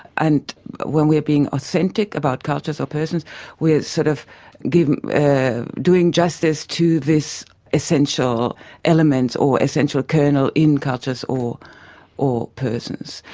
and when we're being authentic about cultures or persons we're sort of of doing justice to this essential element or essential kernel in cultures or or persons.